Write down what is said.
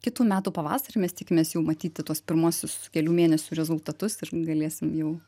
kitų metų pavasarį mes tikimės jau matyti tuos pirmuosius kelių mėnesių rezultatus ir galėsim jau